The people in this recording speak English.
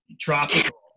Tropical